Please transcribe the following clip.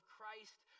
Christ